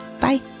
Bye